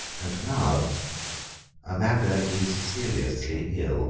and now amanda is seriously ill.